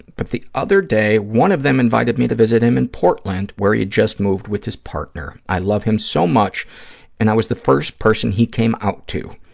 but the other day one of them invited me to visit him in portland where he'd just moved with his partner. i love him so much and i was the first person he came out to.